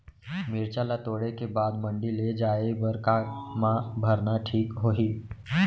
मिरचा ला तोड़े के बाद मंडी ले जाए बर का मा भरना ठीक होही?